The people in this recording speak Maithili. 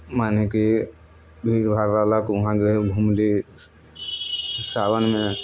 मने कि भीड़भाड़वला वहाँ गयली घुमली सावनमे